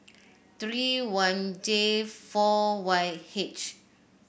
three one J four Y H